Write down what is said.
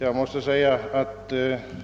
Herr talman!